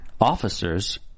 Officers